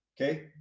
okay